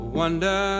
wonder